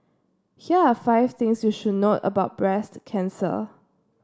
here are five things you should note about breast cancer